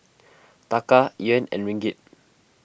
Taka Yuan and Ringgit